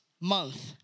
month